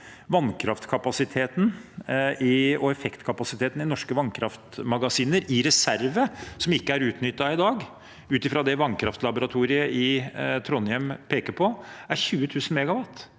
effektkapasiteten i norske vannkraftmagasiner – i reserve, som ikke er utnyttet i dag, ut fra det Vannkraftlaboratoriet i Trondheim peker på – er på 20 000 MW.